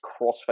CrossFit